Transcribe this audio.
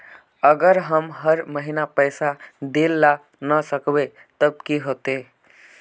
अगर हम हर महीना पैसा देल ला न सकवे तब की होते?